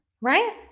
right